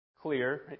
clear